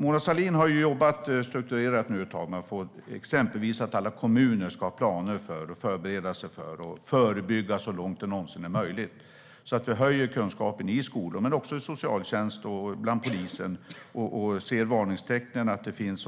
Mona Sahlin har nu jobbat strukturerat ett tag med exempelvis att alla kommuner ska ha planer, förbereda sig och förebygga så långt det någonsin är möjligt, så att vi höjer kunskapen i skolor men också i socialtjänst och bland polisen. Det handlar om att vi ser varningstecknen och om att det finns